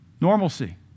normalcy